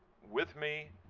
with me,